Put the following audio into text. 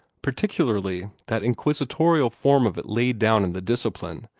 particularly that inquisitorial form of it laid down in the discipline,